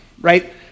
right